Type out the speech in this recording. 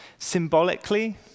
Symbolically